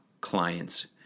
clients